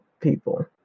people